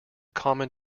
common